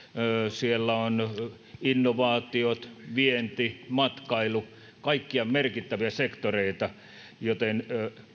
siellä on innovaatiot vienti matkailu kaikki ovat merkittäviä sektoreita joten